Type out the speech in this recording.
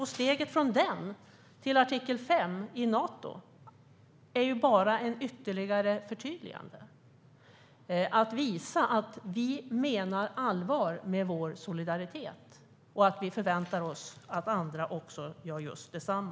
Och steget från den till artikel 5 i Nato är ju bara ett ytterligare förtydligande som handlar om att visa att vi menar allvar med vår solidaritet och att vi förväntar oss att andra gör detsamma.